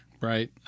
Right